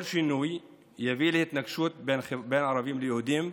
כל שינוי יביא להתנגשות בין ערבים ליהודים,